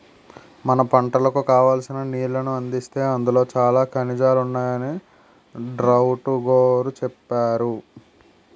మన పంటలకు కావాల్సిన నీళ్ళను అందిస్తే అందులో చాలా ఖనిజాలున్నాయని డాట్రుగోరు చెప్పేరు